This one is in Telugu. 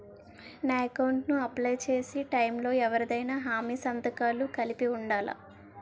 నా అకౌంట్ ను అప్లై చేసి టైం లో ఎవరిదైనా హామీ సంతకాలు కలిపి ఉండలా?